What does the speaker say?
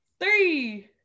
three